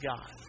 God